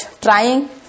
trying